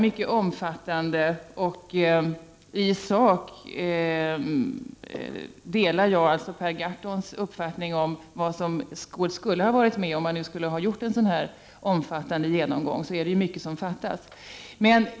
I sak delar jag Per Gahrtons uppfattning om vad som skulle ha varit med om man nu skulle göra en så här omfattande genomgång — det är ju mycket som fattas.